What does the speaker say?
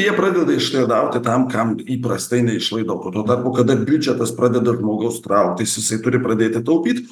jie pradeda išlaidauti tam kam įprastai neišlaidautų o tuo tarpu kada biudžetas pradeda žmogaus trauktis jisai turi pradėti taupyt